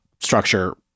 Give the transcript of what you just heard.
structure